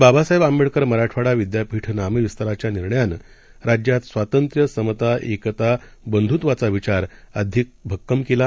बाबासाहेबआंबेडकरमराठवाडाविद्यापीठनामविस्ताराच्यानिर्णयानंराज्यातस्वातंत्र्य समता किता बंधुत्वाचाविचारअधिकभक्कमकेला